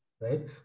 right